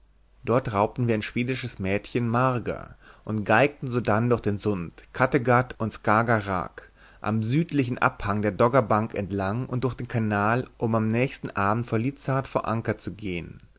dort raubten wir ein schwedisches mädchen marga und geigten sodann durch den sund kattegat und skager rak am südlichen abhang der doggerbank entlang und durch den kanal um am nächsten abend vor lizard vor anker zu gehen